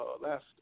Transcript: last